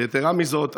ויתרה מזאת,